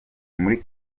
muri